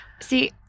See